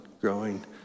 growing